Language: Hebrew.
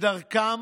בדרכם,